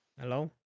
Hello